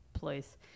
place